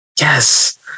Yes